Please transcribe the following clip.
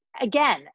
Again